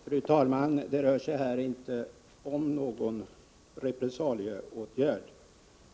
Fru talman! Det rör sig här inte om någon repressalieåtgärd.